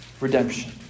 redemption